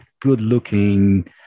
good-looking